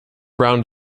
round